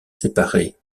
séparée